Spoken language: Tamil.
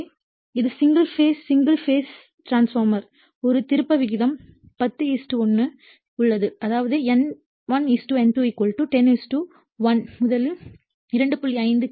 எனவே அது single phase single phase transformer ஒரு திருப்ப விகிதம் 10 1 உள்ளது அதாவது N1 N2 10 1 முதல் 2